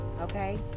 Okay